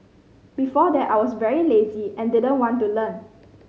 before that I was very lazy and didn't want to learn